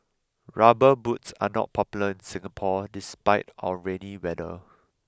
rubber boots are not popular in Singapore despite our rainy weather